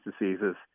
diseases